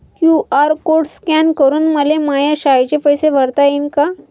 QR code scan करून मले माया शाळेचे पैसे भरता येईन का?